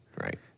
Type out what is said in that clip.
right